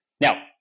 Now